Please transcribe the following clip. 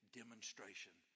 demonstration